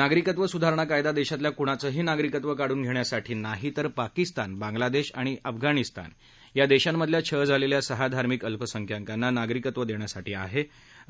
नागरिकत्व स्धारणा कायदा देशातल्या क्णाचंही नागरिकत्व काढून घेण्यासाठी नाही तर पाकिस्तान बांगलादेश आणि अफगाणिस्तान या देशांतल्या छळ झालेल्या सहा धार्मिक अल्पसंख्यांकांना नागरिकत्व देण्यासाठी आहे